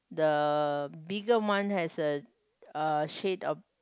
the bigger one has a uh shade of